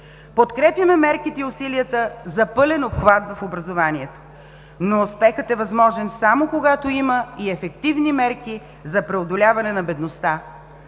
Подкрепяме мерките и усилията за пълен обхват в образованието. Но успехът е възможен само когато има и ефективни мерки за преодоляване на бедността.